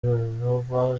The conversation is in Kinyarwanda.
jehovah